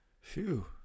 Phew